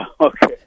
Okay